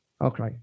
Okay